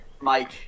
Mike